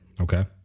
Okay